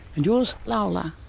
and yours? lola.